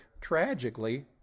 tragically